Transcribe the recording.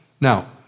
Now